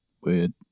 Weird